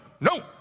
no